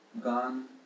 gone